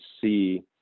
see